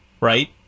Right